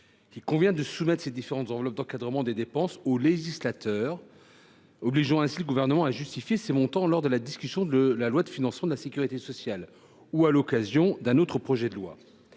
convient de soumettre ces différentes enveloppes d’encadrement des dépenses au législateur, et d’obliger ainsi le Gouvernement à justifier ces montants lors de la discussion de la loi de financement de la sécurité sociale ou d’un autre projet de loi.